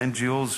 ה-NGOs,